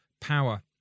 power